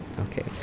okay